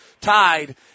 tied